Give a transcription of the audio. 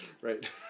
Right